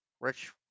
Rich